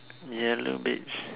ya low beach